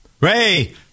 Ray